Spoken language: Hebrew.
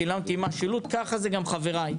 שילמתי מס שילוט וגם חברי.